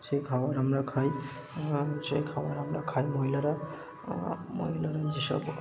সেই খাবার আমরা খাই সেই খাবার আমরা খাই মহিলারা মহিলারা যেসব